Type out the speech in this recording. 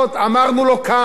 אמרנו לו כאן,